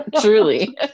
Truly